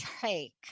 take